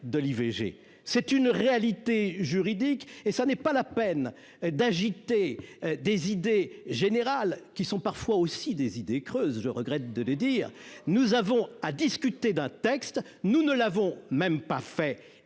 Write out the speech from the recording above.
de l'IVG, c'est une réalité juridique, et ça n'est pas la peine d'agiter des idées générales qui sont parfois aussi des idées creuses, je regrette de le dire, nous avons à discuter d'un texte, nous ne l'avons même pas fait